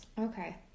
okay